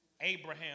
Abraham